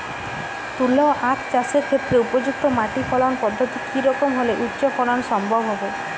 তুলো আঁখ চাষের ক্ষেত্রে উপযুক্ত মাটি ফলন পদ্ধতি কী রকম হলে উচ্চ ফলন সম্ভব হবে?